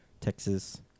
Texas